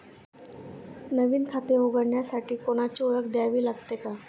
नवीन खाते उघडण्यासाठी कोणाची ओळख द्यावी लागेल का?